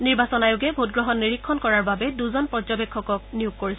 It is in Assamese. নিৰ্বাচন আয়োগে ভোটগ্ৰহণ নিৰীক্ষণ কৰাৰ বাবে দুজন পৰ্যবেক্ষক নিয়োগ কৰিছে